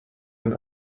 and